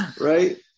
Right